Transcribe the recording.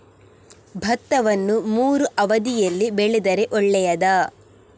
ಭತ್ತವನ್ನು ಮೂರೂ ಅವಧಿಯಲ್ಲಿ ಬೆಳೆದರೆ ಒಳ್ಳೆಯದಾ?